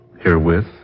Herewith